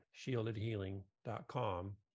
shieldedhealing.com